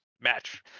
match